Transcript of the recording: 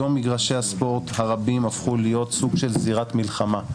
היום מגרשי הספורט הרבים הפכו להיות סוג של זירת מלחמה.